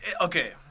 Okay